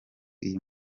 iyi